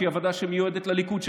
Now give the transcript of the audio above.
שהיא הוועדה שמיועדת לליכוד,